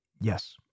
Yes